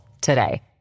today